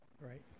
right